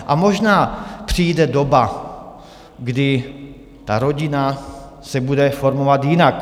A možná přijde doba, kdy rodina se bude formovat jinak.